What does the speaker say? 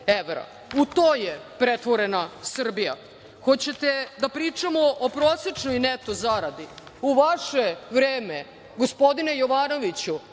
U to je pretvorena Srbija. Hoćete da pričamo o prosečnoj neto zaradi? U vaše vreme, gospodine Jovanoviću,